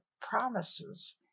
promises